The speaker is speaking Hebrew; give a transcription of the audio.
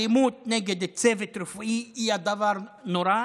אלימות נגד צוות רפואי היא דבר נורא,